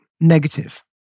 negative